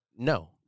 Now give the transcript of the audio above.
No